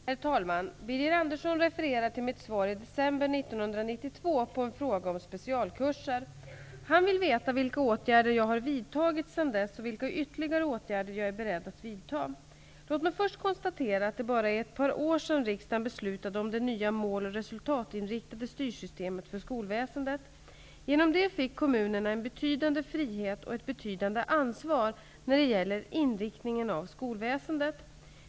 Herr talman! Birger Andersson refererar till mitt svar i december 1992 på en fråga om specialkurser. Han vill veta vilka åtgärder jag har vidtagit sedan dess, och vilka ytterligare åtgärder jag är beredd att vidta. Låt mig först konstatera att det bara är ett par år sedan riksdagen beslutade om det nya mål och resultatinriktade styrsystemet för skolväsendet. Genom det fick kommunerna en betydande frihet och ett betydande ansvar när det gäller inriktningen av skolväsendet.